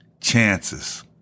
Chances